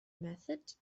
method